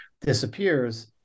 disappears